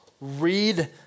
read